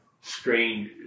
strained